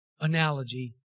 analogy